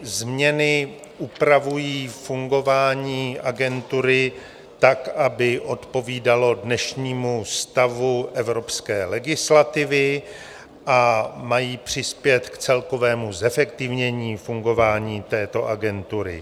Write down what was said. Změny upravují fungování Agentury tak, aby odpovídalo dnešnímu stavu evropské legislativy, a mají přispět k celkovému zefektivnění fungování této Agentury.